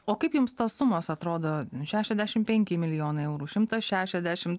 o kaip jums tos sumos atrodo šešiasdešimt penki milijonai eurų šimtas šešiasdešim